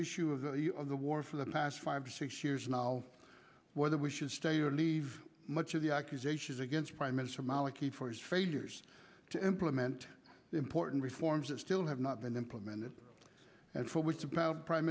issue of the war for the past five or six years now whether we should stay or leave much of the accusations against prime minister maliki for his failures to implement the important reforms that still have not been implemented and for which about prime